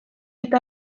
eta